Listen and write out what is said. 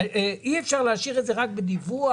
אי אפשר להשאיר את זה רק בדיווח,